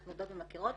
אנחנו מכירות,